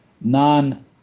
non